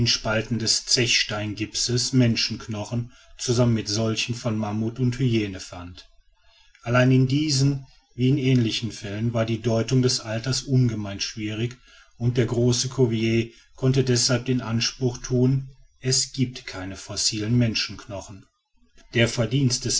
spalten des zechsteingipses menschenknochen zsammen mit solchen von mammut und hyäne fand allein in diesen wie in ähnlichen fällen war die deutung des alters ungemein schwierig und der große cuvier konnte deshalb den ausspruch thun es gibt keine fossilen menschenknochen das verdienst